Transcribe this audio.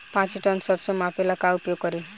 पाँच टन सरसो मापे ला का उपयोग करी?